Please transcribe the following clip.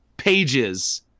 pages